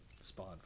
spawn